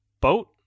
boat